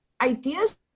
ideas